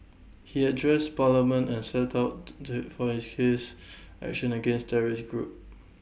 he address parliament and set out for his case action against the terrorist group